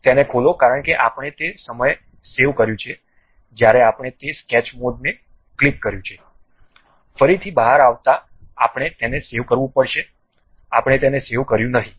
તેને ખોલો કારણ કે આપણે તે સમય સેવ કર્યુ છે જ્યારે આપણે તે સ્કેચ મોડને ક્લિક કર્યું છે ફરીથી બહાર આવતાં આપણે તેને સેવ કરવું પડશે આપણે તેને સેવ કર્યુ નહીં